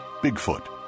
Bigfoot